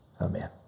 Amen